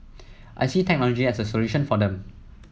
I see technology as a solution for them